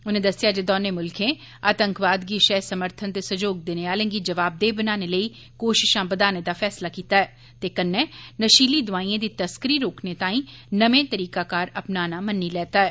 उनें दस्सेआ जे दौनें मुल्खें आतंकवाद गी शह समर्थन ते सैह्योग देने आलें गी जवाबदेह् बनाने लेई कोशिशा बधाने दा फैसला कीता ऐ ते कन्नै नशीली दवाइएं दी तस्करी रोकने लेई नमें तरीकाकार अपनाना मन्नी लैता ऐ